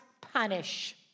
punish